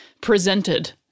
presented